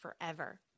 forever